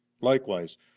likewise